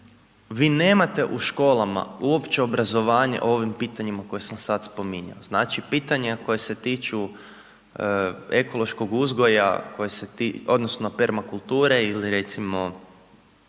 vi nemate u školama uopće obrazovanja o ovim pitanjima koje sam sad spominjao. Znači pitanja koja se tiču ekološkog uzgoja, odnosno permakulture ili recimo